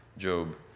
Job